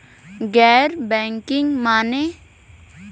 गैर बैंकिंग माने?